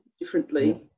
differently